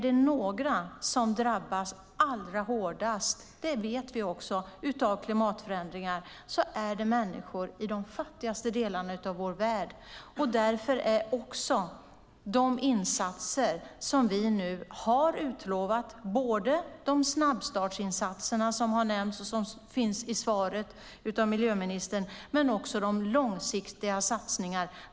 De som drabbas allra hårdast av klimatförändringarna vet vi är människorna i de fattigaste delarna av vår värld. Vi har nu utlovat insatser, både de snabbstartsinsatser som har nämnts och som finns i svaret från miljöministern och de långsiktiga satsningarna.